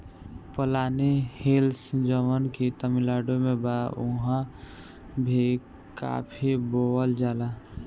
पलानी हिल्स जवन की तमिलनाडु में बा उहाँ भी काफी बोअल जाला